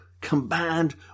combined